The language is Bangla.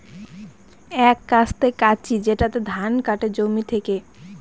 এক কাস্তে কাঁচি যেটাতে ধান কাটে জমি থেকে